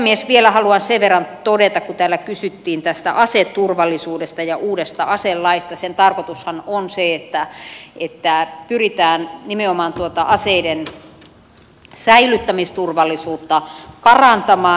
sitten vielä haluan sen verran todeta kun täällä kysyttiin aseturvallisuudesta ja uudesta aselaista että sen tarkoitushan on se että pyritään nimenomaan aseiden säilyttämisturvallisuutta parantamaan